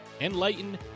enlighten